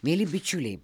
mieli bičiuliai